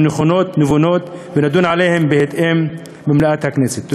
נכונות ונבונות ונדון בהן בהתאם במליאת הכנסת.